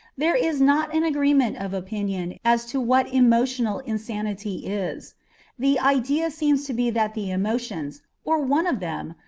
there is not an agreement of opinion as to what emotional insanity is the idea seems to be that the emotions, or one of them,